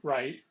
Right